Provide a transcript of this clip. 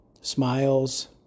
smiles